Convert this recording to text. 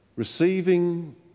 Receiving